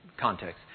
context